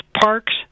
parks